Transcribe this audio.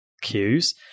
cues